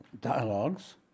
dialogues